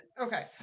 Okay